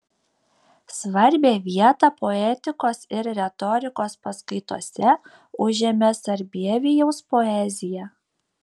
svarbią vietą poetikos ir retorikos paskaitose užėmė sarbievijaus poezija